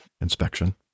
inspection